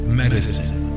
medicine